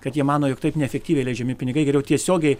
kad jie mano jog taip neefektyviai leidžiami pinigai geriau tiesiogiai